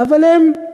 אבל הם,